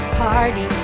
party